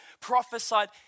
prophesied